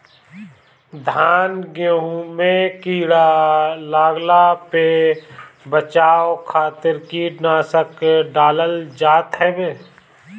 धान गेंहू में कीड़ा लागला पे बचाव खातिर कीटनाशक डालल जात हवे